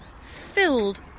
filled